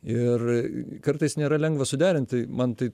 ir kartais nėra lengva suderinti man tai